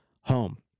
home